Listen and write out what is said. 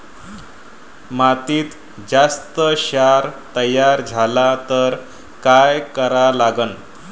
मातीत जास्त क्षार तयार झाला तर काय करा लागन?